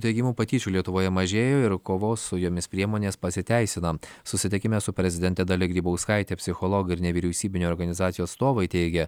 teigimu patyčių lietuvoje mažėjo ir kovos su jomis priemonės pasiteisina susitikime su prezidente dalia grybauskaite psichologai ir nevyriausybinių organizacijų atstovai teigia